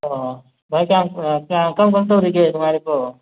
ꯑꯣ ꯚꯥꯏ ꯀꯌꯥꯝ ꯎꯝ ꯀꯌꯥꯝ ꯀꯔꯝ ꯀꯔꯝ ꯇꯧꯔꯤꯒꯦ ꯅꯨꯡꯉꯥꯏꯔꯤꯕꯣ